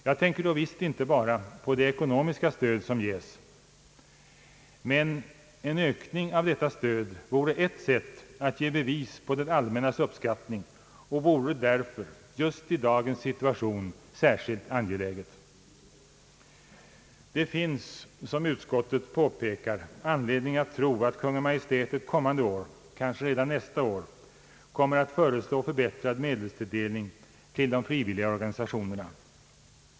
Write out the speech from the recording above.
Jag tänker visst inte bara på det ekonomiska stöd som ges, men en ökning av detta stöd vore ett sätt att ge bevis på det allmännas uppskattning och vore därför — just i dagens situation — särskilt angelägen. Det finns, som utskottet påpekar, anledning att tro att Kungl. Maj:t ett följande år — kanske redan nästa år — kommer att föreslå förbättrad medelstilldelning till de frivilliga organisationerna.